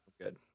good